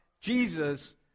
Jesus